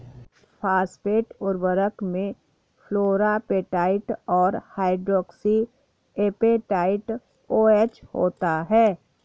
phosphate उर्वरक में fluorapatite और हाइड्रोक्सी एपेटाइट ओएच होता है